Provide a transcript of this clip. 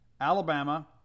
Alabama